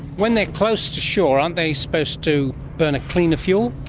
when they're close to shore aren't they supposed to burn a cleaner fuel?